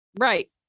right